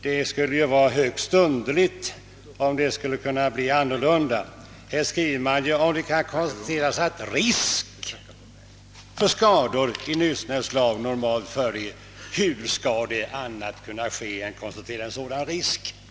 Det skulle vara högst underligt om tolkningen blev annorlunda. Utskottet skriver ju: »Om det kan konstateras att en risk för skador av nyssnämnt slag normalt föreligger ———» Hur skulle man kunna konstatera något annat än att sådan risk föreligger?